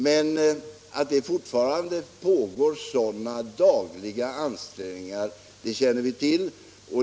Men att det fortfarande pågår sådana dagliga ansträngningar känner vi till.